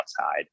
outside